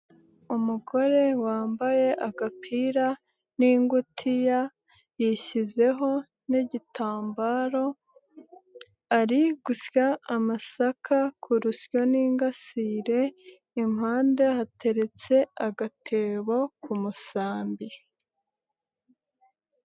Umugore wambaye agapira n'ingutiya, yishyizeho n'igitambaro ,ari gusya amasaka ku rusyo n'ingasire, impande hateretse agatebo ku musambi.